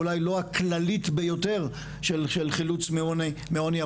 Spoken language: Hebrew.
אולי לא הכללית ביותר של חילוץ מעוני,